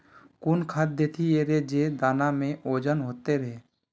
कौन खाद देथियेरे जे दाना में ओजन होते रेह?